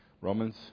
Romans